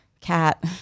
cat